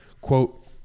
quote